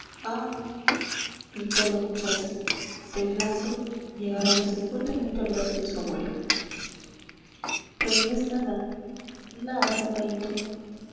gritó la muchacha temblando y agarrándose fuertemente al brazo de su abuelo pero no es nada nada papaíto